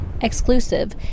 Exclusive